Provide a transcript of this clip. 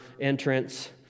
entrance